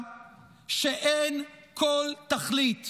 שאין כל תכלית